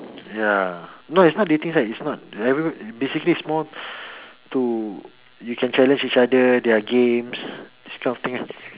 ya no it's not dating site it's not basically is more to you can challenge each other there are games these kind of things lah